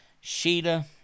Sheeta